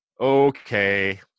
Okay